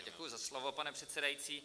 Děkuji za slovo, pane předsedající.